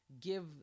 give